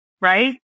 right